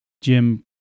Jim